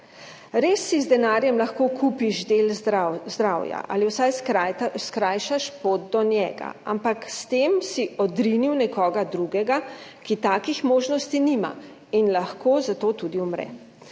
Res si z denarjem lahko kupiš del zdravja ali vsaj skrajšaš pot do njega, ampak s tem si odrinil nekoga drugega, ki takih možnosti nima in lahko zato tudi umre.